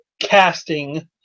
casting